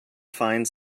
find